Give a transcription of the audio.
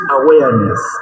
awareness